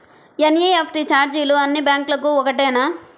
NEFT ఛార్జీలు అన్నీ బ్యాంక్లకూ ఒకటేనా?